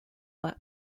work